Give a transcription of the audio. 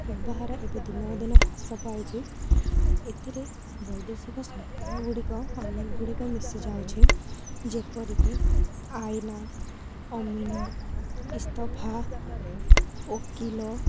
ବ୍ୟବହାର ଏବେ ଦିନକୁ ଦିନ ହ୍ରାସ ପାଉଛି ଏଥିରେ ବୈଦେଶିକ ଶବ୍ଦ ଗୁଡ଼ିକ ଅନେକ ଗୁଡ଼ିକ ମିଶି ଯାଉଛି ଯେପରିକି ଆଇନା ଅମିନ ଇସ୍ତଫା ଓକିଲ